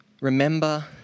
remember